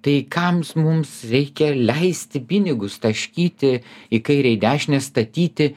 tai kam mums reikia leisti pinigus taškyti į kairę į dešinę statyti